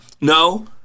No